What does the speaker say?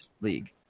league